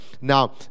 Now